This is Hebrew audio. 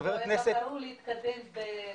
חבר הכנסת --- הם גם קראו להתקדם במקביל.